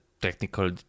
technical